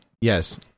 yes